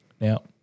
Now